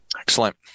Excellent